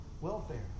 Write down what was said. welfare